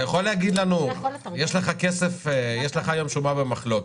אתה יכול להגיד לנו, יש לך היום שומה במחלוקת,